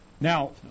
Now